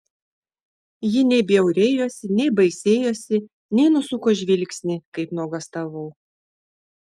ji nei bjaurėjosi nei baisėjosi nei nusuko žvilgsnį kaip nuogąstavau